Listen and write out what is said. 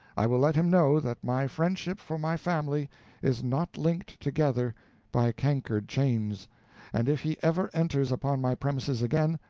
i will let him know that my friendship for my family is not linked together by cankered chains and if he ever enters upon my premises again,